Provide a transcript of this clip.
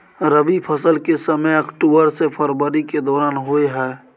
रबी फसल के समय अक्टूबर से फरवरी के दौरान होय हय